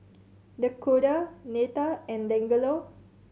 Dakoda Neta and Dangelo